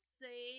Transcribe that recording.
say